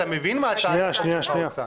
אתה מבין מה שהצעת החוק שלך עושה.